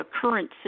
current